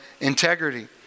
integrity